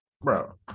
bro